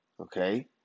Okay